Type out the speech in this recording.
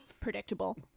Predictable